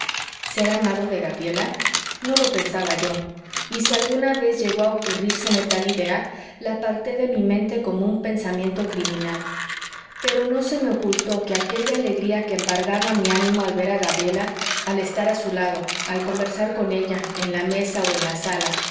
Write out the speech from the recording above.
ser amado de gabriela no lo pensaba yo y si alguna vez llegó a ocurrírseme tal idea la aparté de mi mente como un pensamiento criminal pero no se me ocultó que aquella alegría que embargaba mi ánimo al ver a gabriela al estar a su lado al conversar con ella en la mesa o en la sala